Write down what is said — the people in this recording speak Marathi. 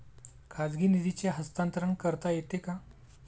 खाजगी निधीचे हस्तांतरण करता येते का?